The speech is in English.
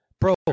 Bro